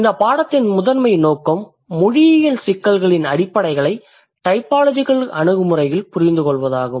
இந்தப் பாடத்தின் முதன்மை நோக்கம் மொழியியல் சிக்கல்களின் அடிப்படைகளை டைபாலஜிகல் அணுகுமுறையில் புரிந்துகொள்வதாகும்